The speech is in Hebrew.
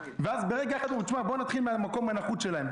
ואז ברגע אחד אומרים: נתחיל מהמקום הנחות שלהם.